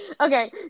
Okay